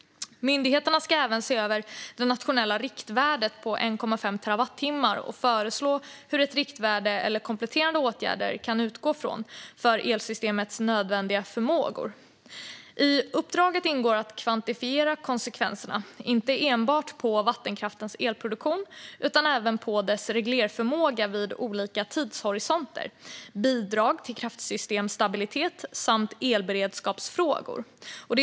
Myndigheterna ska även se över det nationella riktvärdet på 1,5 terawattimmar och föreslå hur ett riktvärde eller kompletterande värden kan utgå från för elsystemet nödvändiga förmågor. I uppdraget ingår att kvantifiera konsekvenserna inte enbart för vattenkraftens elproduktion utan även för dess reglerförmågor vid olika tidshorisonter, bidrag till kraftsystemsstabilitet samt elberedskapsförmågor.